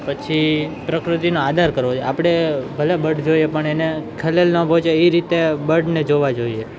પછી પ્રકૃતિનો આદર કરવો જોઈએ આપણે ભલે બર્ડ જોઈએ પણ એને ખલેલ ન પહોંચે એ રીતે બર્ડને જોવા જોઈએ